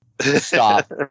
Stop